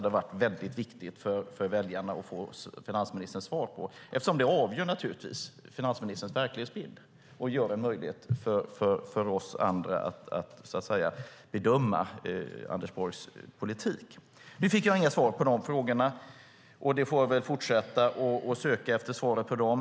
Det är viktigt för väljarna att få finansministerns svar. Svaren avgör, naturligtvis, finansministerns verklighetsbild och gör det möjligt för oss andra att bedöma Anders Borgs politik. Nu fick jag inga svar på frågorna, och vi får fortsätta att söka efter svaren på dem.